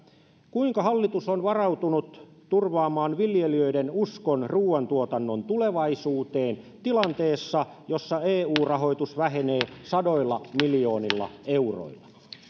kuinka hallitus on varautunut turvaamaan viljelijöiden uskon ruoantuotannon tulevaisuuteen tilanteessa jossa eu rahoitus vähenee sadoilla miljoonilla euroilla